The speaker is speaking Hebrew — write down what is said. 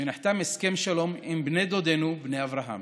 נחתם הסכם שלום עם בני דודינו, בני אברהם.